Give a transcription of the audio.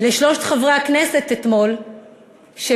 לשלושת חברי הכנסת שפעלו אתמול כנגד